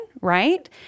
right